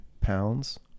pounds